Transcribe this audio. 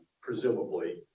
presumably